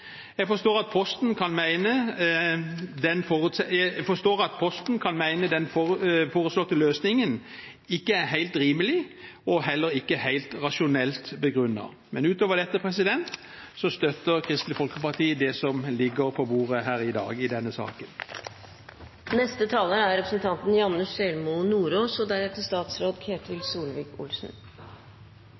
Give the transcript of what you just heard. Jeg forstår at Posten kan mene den foreslåtte løsningen ikke er helt rimelig, og heller ikke helt rasjonelt begrunnet. Men utover dette støtter Kristelig Folkeparti det som ligger på bordet i denne saken her i dag.